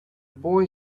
boy